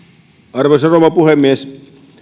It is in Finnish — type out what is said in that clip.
arvoisa rouva puhemies